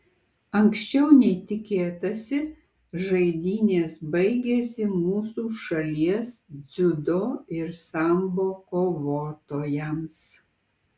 anksčiau nei tikėtasi žaidynės baigėsi mūsų šalies dziudo ir sambo kovotojams